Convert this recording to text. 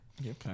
Okay